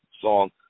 song